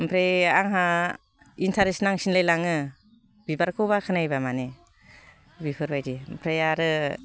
ओमफ्राय आंहा इनटारेस नांसिनलायलाङो बिबारखौ बाख्नायोबा माने बेफोरबायदि ओमफ्राय आरो